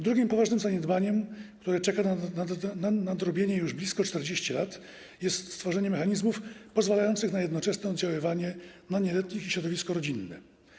Drugim poważnym zaniedbaniem, które czeka na nadrobienie już blisko od 40 lat, jest stworzenie mechanizmów pozwalających na jednoczesne oddziaływanie na nieletnich i środowisko rodzinne.